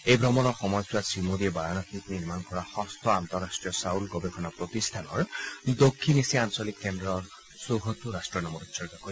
এই ভ্ৰমণৰ সময়ছোৱাত শ্ৰীমোডীয়ে বাৰানসীত নিৰ্মাণ কৰা ষষ্ঠ আন্তঃৰাষ্ট্ৰীয় চাউল গৱেষণা প্ৰতিষ্ঠান দক্ষিণ এছিয়া আঞ্চলিক কেন্দ্ৰৰ চৌহদটো ৰট্টৰ নামত উৎসৰ্গা কৰিব